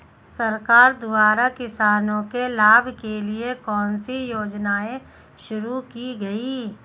सरकार द्वारा किसानों के लाभ के लिए कौन सी योजनाएँ शुरू की गईं?